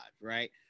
right